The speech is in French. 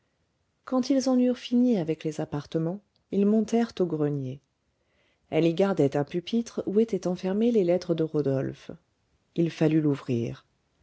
quand ils en eurent fini avec les appartements ils montèrent au grenier elle y gardait un pupitre où étaient enfermées les lettres de rodolphe il fallut l'ouvrir